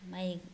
माइ